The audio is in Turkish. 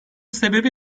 sebebi